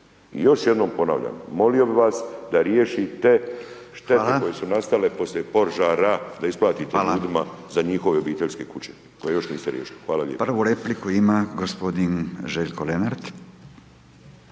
još jednom ponavljam, molimo bih vas da riješite štete koje su nastale …/Upadica: Hvala./… požara da isplatite ljudima za njihove obiteljske kuće, koje još niste riješili. Hvala lijep. **Radin, Furio (Nezavisni)** Prvu repliku ima gospodin Željko Lenart.